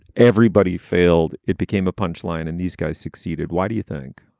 everybody failed. it became a punch line and these guys succeeded. why do you think?